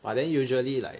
but then usually like